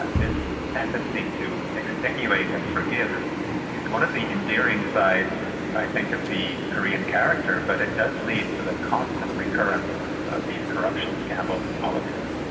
ah this tendency to extenuate and forgive is one of the endearing sides i think of the korean character, but it does lead to the constant recurrence of these corruption scandals in politics.